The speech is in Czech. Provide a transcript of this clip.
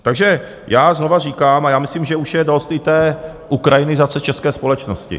Takže já znova říkám a myslím, že už je dost i té ukrajinizace české společnosti.